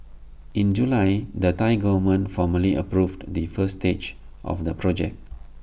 in July the Thai Government formally approved the first stage of the project